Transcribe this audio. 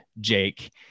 Jake